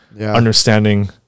understanding